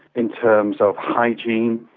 in terms of hygiene,